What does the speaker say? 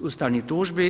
ustavnih tužbi.